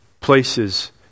places